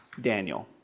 Daniel